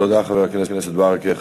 תודה, חבר הכנסת ברכה.